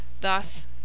Thus